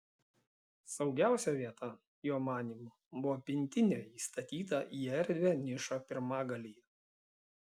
saugiausia vieta jo manymu buvo pintinė įstatyta į erdvią nišą pirmagalyje